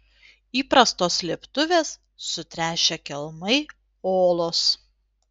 įprastos slėptuvės sutręšę kelmai olos